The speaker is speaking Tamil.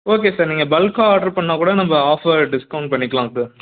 ஓகே சார் நீங்கள் பல்க்காக ஆர்டர் பண்ணாக்கூட நம்ம ஆஃபர் டிஸ்கௌண்ட் பண்ணிக்கலாங்க சார்